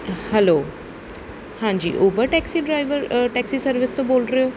hello ਹਾਂਜੀ Uber taxi driver taxi service ਤੋਂ ਬੋਲ ਰਹੇ ਹੋ